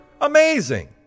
Amazing